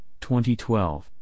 2012